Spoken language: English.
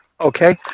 Okay